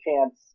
chance